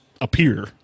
appear